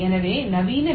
எனவே நவீன வி